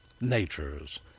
natures